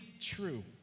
true